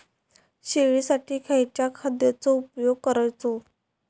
शेळीसाठी खयच्या खाद्यांचो उपयोग करायचो?